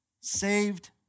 saved